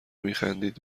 میخندید